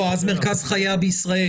אז מרכז חייה בישראל.